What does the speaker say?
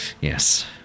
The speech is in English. Yes